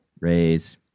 raise